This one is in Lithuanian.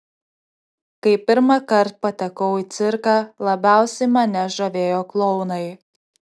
kai pirmąkart patekau į cirką labiausiai mane žavėjo klounai